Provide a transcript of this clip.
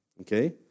Okay